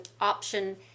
option